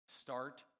start